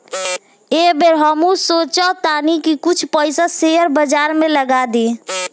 एह बेर हमहू सोचऽ तानी की कुछ पइसा शेयर बाजार में लगा दी